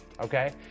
Okay